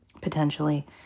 potentially